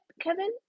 Kevin